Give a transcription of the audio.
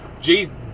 jesus